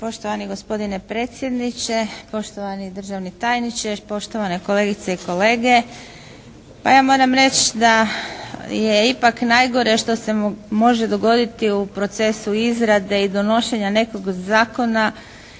Poštovani gospodine predsjedniče, poštovani državni tajniče, poštovane kolegice i kolege. Pa ja moram reći da je ipak najgore što se može dogoditi u procesu izrade i donošenja nekog zakona